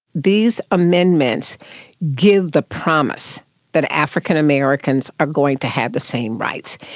these amendments give the promise that african americans are going to have the same rights.